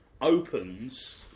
opens